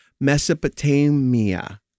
Mesopotamia